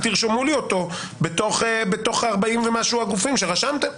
אל תרשמו לי אותו בתוך 40 ומשהו הגופים שרשמתם.